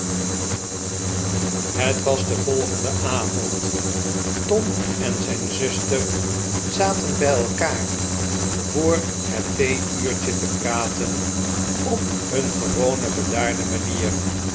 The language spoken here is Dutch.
het was de volgende avond tom en zijn zuster zaten bij elkaar voor het theeuurtje en praatten op hun gewone bedaarde manier